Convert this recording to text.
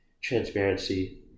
transparency